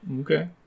Okay